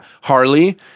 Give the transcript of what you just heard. Harley